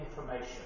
information